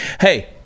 Hey